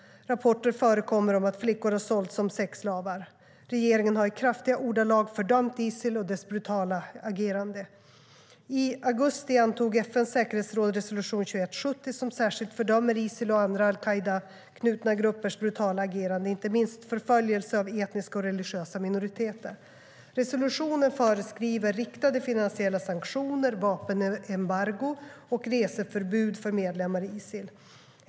Rapporter förekommer om att flickor har sålts som sexslavar. Regeringen har i kraftiga ordalag fördömt Isil och dess brutala agerande.I augusti antog FN:s säkerhetsråd resolution 2170 som särskilt fördömer Isil och andra al-Qaida-knutna gruppers brutala agerande, inte minst förföljelse av etniska och religiösa minoriteter. Resolutionen föreskriver riktade finansiella sanktioner, vapenembargo och reseförbud för medlemmar i Isil.